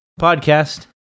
Podcast